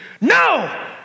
No